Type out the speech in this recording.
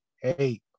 hey